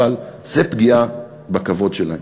אבל" זה פגיעה בכבוד שלהן.